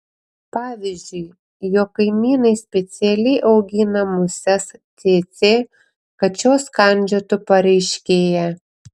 pavyzdžiui jog kaimynai specialiai augina muses cėcė kad šios kandžiotų pareiškėją